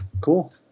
cool